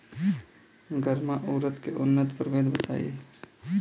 गर्मा उरद के उन्नत प्रभेद बताई?